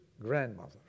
grandmother